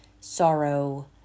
sorrow